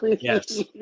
Yes